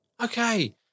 Okay